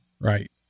Right